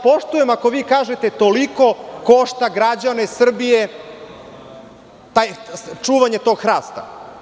Poštujem ako vi kažete, toliko košta građane Srbije, čuvanje tog hrasta.